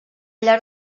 llarg